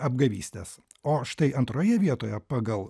apgavystės o štai antroje vietoje pagal